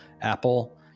Apple